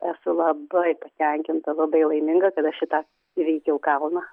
esu labai patenkinta labai laiminga kad aš šitą įveikiau kalną